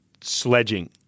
sledging